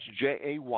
jay